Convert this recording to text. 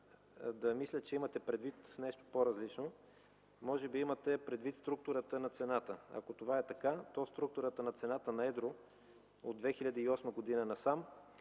да мисля, че имате предвид нещо по-различно. Може бе имате предвид структурата на цената. Ако това е така, то в структурата на цената на едро от 2008 г. насам